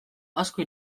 asko